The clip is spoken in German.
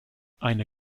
eine